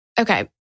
okay